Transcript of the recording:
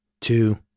two